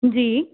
जी